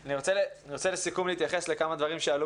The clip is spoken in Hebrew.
אני רוצה לסיכום להתייחס לכמה דברים שעלו